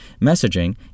messaging